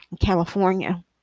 California